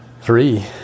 three